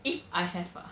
if I have ah